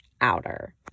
outer